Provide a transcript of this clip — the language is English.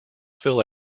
fill